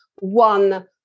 one